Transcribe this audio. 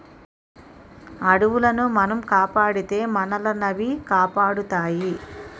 అడవులను మనం కాపాడితే మానవులనవి కాపాడుతాయి